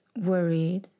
worried